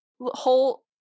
whole